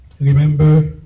Remember